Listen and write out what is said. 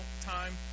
time